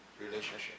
relationship